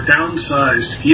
Downsized